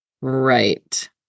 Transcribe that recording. Right